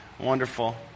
wonderful